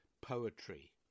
poetry